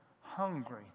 hungry